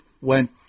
went